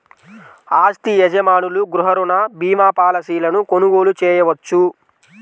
ఆస్తి యజమానులు గృహ రుణ భీమా పాలసీలను కొనుగోలు చేయవచ్చు